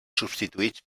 substituïts